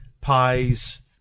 pies